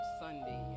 Sunday